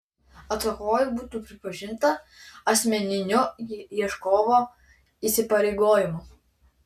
atsakovui būtų pripažinta asmeniniu ieškovo įsipareigojimu